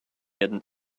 had